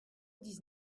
dix